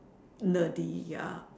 nerdy ya